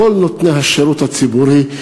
כל נותני השירות הציבורי,